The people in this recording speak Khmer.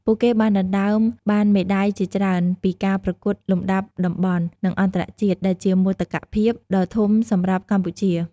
ពួកគេបានដណ្ដើមបានមេដាយជាច្រើនពីការប្រកួតលំដាប់តំបន់ និងអន្តរជាតិ ដែលជាមោទកភាពដ៏ធំសម្រាប់កម្ពុជា។